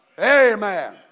Amen